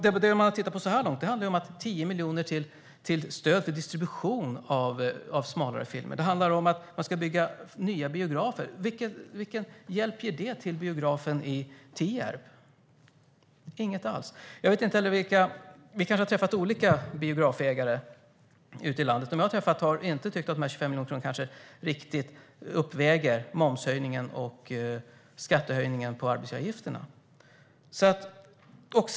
Det man har tittat på så här långt handlar om 10 miljoner i stöd till distribution av smalare filmer. Det handlar om att man ska bygga nya biografer. Vilken hjälp ger det till biografen i Tierp? Ingen alls. Vi kanske har träffat olika biografägare ute i landet. De jag har träffat har inte tyckt att de 25 miljoner kronorna riktigt uppväger momshöjningen och skattehöjningen när det gäller arbetsgivaravgifterna.